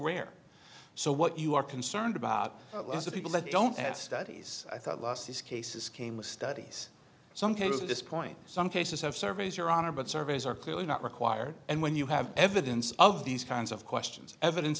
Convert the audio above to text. rare so what you are concerned about lots of people that don't have studies i thought last these cases came studies some cases this point some cases have survey's your honor but surveys are clearly not required and when you have evidence of these kinds of questions evidence